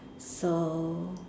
so